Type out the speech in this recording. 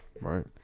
Right